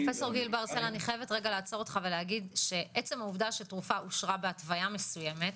עצם העובדה שתרופה אושרה בהתוויה מסוימת,